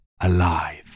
alive